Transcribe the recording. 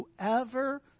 whoever